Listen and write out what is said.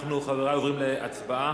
חברי, אנחנו עוברים להצבעה.